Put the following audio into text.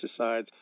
pesticides